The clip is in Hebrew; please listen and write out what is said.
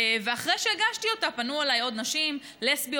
ואחרי שהגשתי אותה פנו אליי עוד נשים לסביות